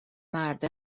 مرده